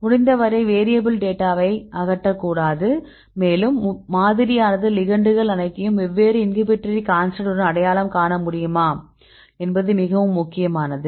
முடிந்தவரை வேரியபில் டேட்டாவை அகற்றக்கூடாது மேலும் மாதிரியானது லிகெண்டுகள் அனைத்தையும் வெவ்வேறு இன்ஹிபிட்டரி கான்ஸ்டன்ட் உடன் அடையாளம் காண முடியுமா என்பது மிக முக்கியமானது